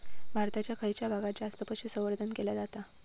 भारताच्या खयच्या भागात जास्त पशुसंवर्धन केला जाता?